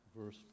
verse